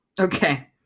Okay